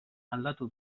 aldatu